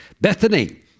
Bethany